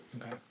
Okay